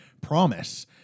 promise